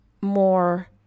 more